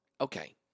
Okay